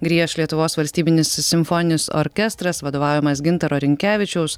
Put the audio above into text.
grieš lietuvos valstybinis simfoninis orkestras vadovaujamas gintaro rinkevičiaus